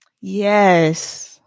Yes